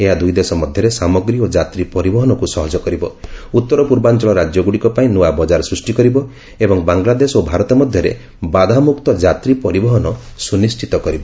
ଏହା ଦୁଇଦେଶ ମଧ୍ୟରେ ସାମଗ୍ରୀ ଓ ଯାତ୍ରୀ ପରିବହନକୁ ସହଜ କରିବ ଉତ୍ତର ପୂର୍ବାଞ୍ଚଳ ରାଜ୍ୟ ଗୁଡ଼ିକ ପାଇଁ ନୂଆ ବଜାର ସୃଷ୍ଟି କରିବ ଏବଂ ବାଙ୍ଗଲାଦେଶ ଓ ଭାରତ ମଧ୍ୟରେ ବାଧାମୁକ୍ତ ଯାତ୍ରୀ ପରିବହନ ସୁନିଶ୍ଚିତ ହୋଇପାରିବ